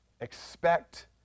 Expect